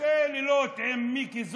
שני לילות עם מיקי זוהר,